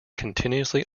continuously